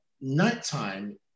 nighttime